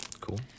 Cool